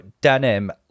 denim